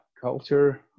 culture